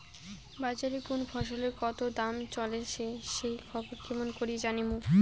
বাজারে কুন ফসলের কতো দাম চলেসে সেই খবর কেমন করি জানীমু?